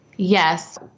Yes